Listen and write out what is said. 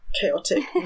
chaotic